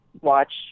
watch